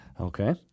Okay